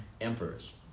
emperors